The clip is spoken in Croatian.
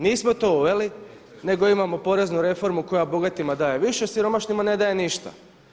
Nismo to uveli nego imamo poreznu reformu koja bogatima daje više, a siromašnima ne daje ništa.